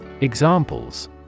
Examples